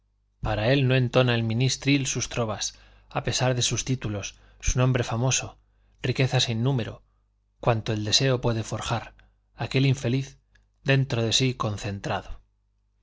para él no entona el ministril sus trovas a pesar de sus títulos su nombre famoso riquezas sin número cuanto el deseo puede forjar aquel infeliz dentro de sí concentrado